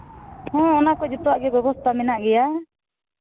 ᱦᱮᱸ ᱚᱱᱟᱠᱚ ᱡᱷᱚᱛᱚᱣᱟᱜ ᱜᱮ ᱵᱮᱵᱚᱥᱛᱷᱟ ᱢᱮᱱᱟᱜ ᱜᱮᱭᱟ